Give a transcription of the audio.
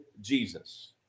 Jesus